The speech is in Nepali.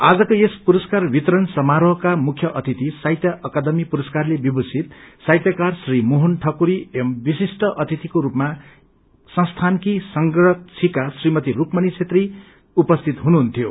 आजको यस पुरस्कार वितरण समारोहका मुख्यअतिथि साहितय अकादमी पुरस्कारले विभूषित साहित्यकार श्री मोहन ठकुरी एवं विशिष्ट अतिथको रूपमा संस्थानको संरक्षिका श्रीमती रूकमणी छेत्री उपस्थित हुनुहुन्थ्यो